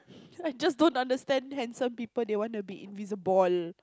I just don't understand handsome people they want to be invisible